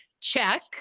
Check